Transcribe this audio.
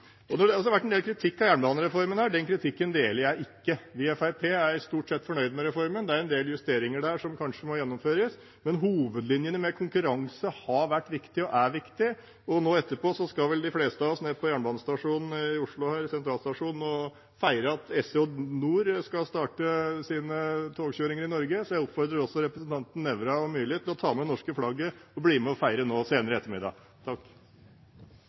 vært en del kritikk av jernbanereformen her, den kritikken er jeg ikke enig i. Vi i Fremskrittspartiet er stort sett fornøyd med reformen. Det er en del justeringer der som kanskje må gjennomføres, men hovedlinjene med konkurranse har vært viktig og er viktig. Etterpå skal vel de fleste av oss ned på Oslo Sentralstasjon og feire at NORD, som er drevet at SJ, skal starte å kjøre tog i Norge. Jeg oppfordrer også representantene Nævra og Myrli til å ta med det norske flagget og bli med og feire senere i ettermiddag.